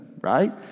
right